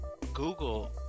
Google